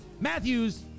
Matthews